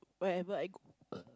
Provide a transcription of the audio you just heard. wherever I go